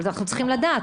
אבל אנחנו צריכים לדעת,